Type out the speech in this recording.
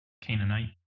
Canaanite